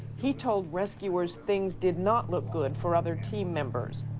he told rescuers things did not look good for other team members.